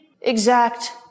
exact